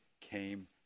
came